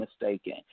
mistaken